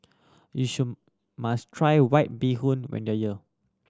you should must try White Bee Hoon when you are here